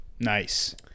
Nice